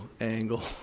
angle